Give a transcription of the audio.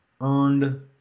earned